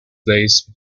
place